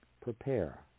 prepare